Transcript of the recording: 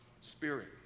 spirit